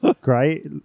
Great